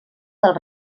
del